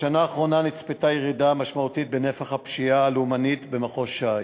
בשנה האחרונה נצפתה ירידה משמעותית בנפח הפשיעה הלאומנית במחוז ש"י,